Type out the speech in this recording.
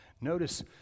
notice